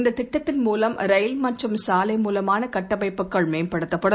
இந்த திட்டத்தின் மூலம் ரயில் மற்றும் சாலை மூலமான கட்டமைப்புகள் மேம்படுத்தப்படும்